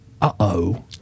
uh-oh